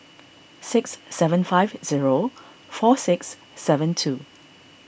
six seven five zero four six seven two